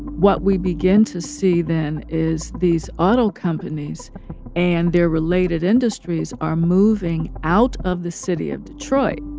what we began to see, then, is these auto companies and their related industries are moving out of the city of detroit,